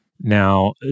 Now